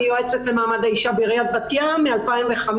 אני יועצת למעמד האישה בעיריית בת ים מ-2005.